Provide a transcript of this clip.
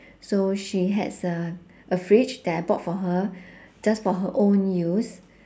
so she has a a fridge that I bought for her just for her own use